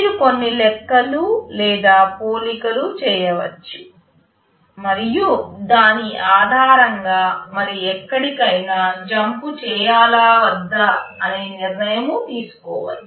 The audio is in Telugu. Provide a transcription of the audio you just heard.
మీరు కొన్ని లెక్కలు లేదా పోలికలు చేయవచ్చు మరియు దాని ఆధారంగా మరి ఎక్కడికైనా జంపు చేయాలా వద్దా అనే నిర్ణయం తీసుకోవచ్చు